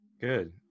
Good